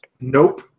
Nope